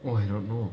!wah! I don't know